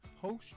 host